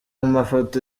mafoto